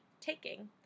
taking